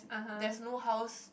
there's no house